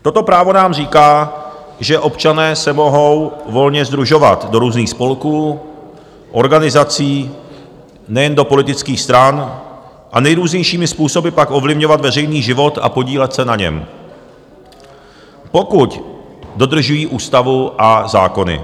Toto právo nám říká, že občané se mohou volně sdružovat do různých spolků, organizací, nejen do politických stran, a nejrůznějšími způsoby pak ovlivňovat veřejný život a podílet se na něm, pokud dodržují ústavu a zákony.